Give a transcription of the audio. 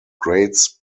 grades